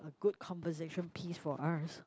good conversation piece for us